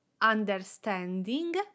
understanding